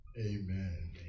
amen